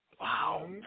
Wow